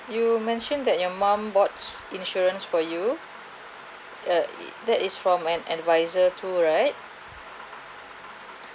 you mentioned that your mum bought insurance for you uh that is from an advisor too right